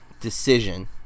decision